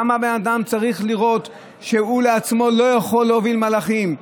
כמה הבן אדם צריך לראות שהוא לעצמו לא יכול להוביל מהלכים,